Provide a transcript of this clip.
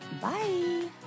bye